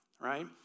right